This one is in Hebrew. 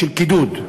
של קידוד,